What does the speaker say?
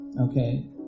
Okay